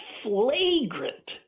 flagrant